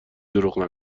دروغ